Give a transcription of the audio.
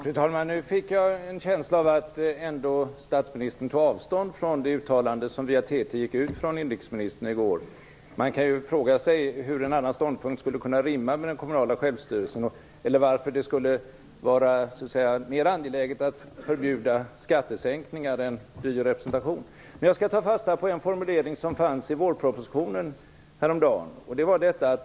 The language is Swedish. Fru talman! Nu fick jag en känsla av att statsministern ändå tog avstånd från det uttalande som via TT gick ut från inrikesministern i går. Man kan fråga sig hur en annan ståndpunkt skulle kunna rimma med den kommunala självstyrelsen eller varför det skulle vara mer angeläget att förbjuda skattesänkningar än dyr representation. Men jag skall ta fasta på en formulering som fanns i vårpropositionen häromdagen.